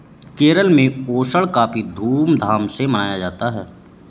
केरल में ओणम काफी धूम धाम से मनाया जाता है